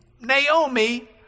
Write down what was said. Naomi